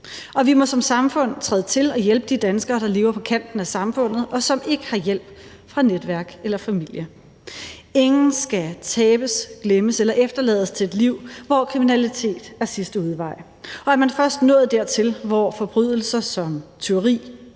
Vi må som samfund træde til og hjælpe de danskere, der lever på kanten af samfundet, og som ikke har hjælp fra netværk eller familie. Ingen skal tabes, glemmes eller efterlades til et liv, hvor kriminalitet er sidste udvej. Og er man først nået dertil, hvor forbrydelser som tyveri